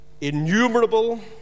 Innumerable